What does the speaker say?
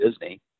Disney